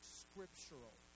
scriptural